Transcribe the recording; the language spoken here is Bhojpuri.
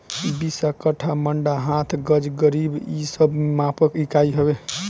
बिस्सा, कट्ठा, मंडा, हाथ, गज, जरीब इ सब मापक इकाई हवे